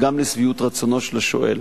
וגם לשביעות רצונו של השואל.